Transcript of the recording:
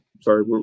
sorry